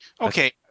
okay